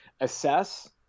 assess